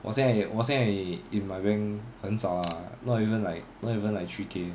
我现在我现在 in my bank 很少 lah not even like not even like three K